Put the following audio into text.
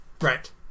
Right